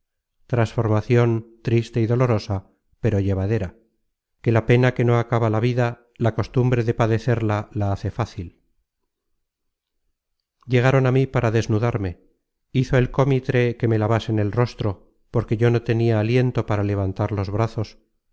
transformacion triste y dolorosa pero llevadera que la pena que no acaba la vida la costumbre de padecerla la hace fácil llegaron á mí para desnudarme hizo el cómitre que me lavasen el rostro porque yo no tenia aliento para levantar los brazos